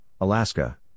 Alaska